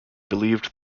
believed